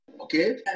Okay